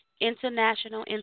International